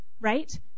Right